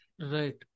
Right